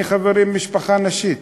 אני, חברים, ממשפחה נשית,